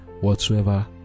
whatsoever